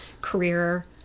career